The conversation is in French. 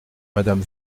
madame